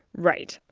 right.